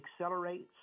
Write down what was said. accelerates –